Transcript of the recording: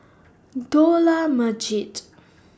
Dollah Majid